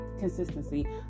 Consistency